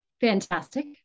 Fantastic